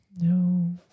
No